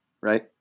Right